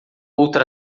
outra